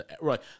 Right